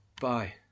Bye